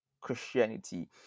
Christianity